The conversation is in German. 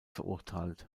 verurteilt